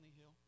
hill